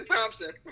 Thompson